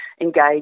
engage